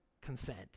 consent